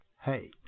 Hey